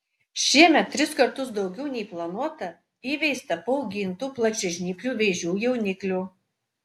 šiemet tris kartus daugiau nei planuota įveista paaugintų plačiažnyplių vėžių jauniklių